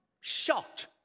shocked